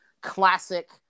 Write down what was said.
classic